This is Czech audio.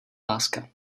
láska